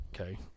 okay